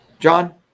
John